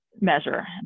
measure